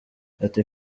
ati